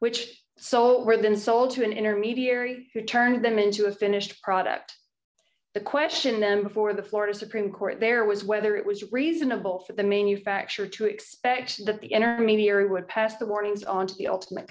which so were then sold to an intermediary who turned them into a finished product the question them before the florida supreme court there was whether it was reasonable for them a new factor to expect that the intermediary would pass the warnings on to the ultimate